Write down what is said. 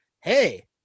hey